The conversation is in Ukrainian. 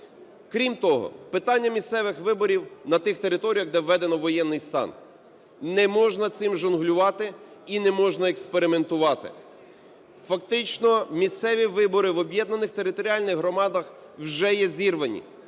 Крім того, питання місцевих виборів на тих територіях, де введено воєнний стан. Не можна цим жонглювати і не можна експериментувати. Фактично місцеві вибори в об'єднаних територіальних громадах вже є зірвані.